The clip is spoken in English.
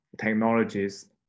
technologies